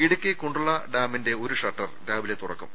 ഇടുക്കി കുണ്ട്ള ഡാമിന്റെ ഒരു ഷട്ടർ രാവിലെ തുറക്കും